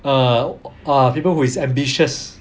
uh ah people who is ambitious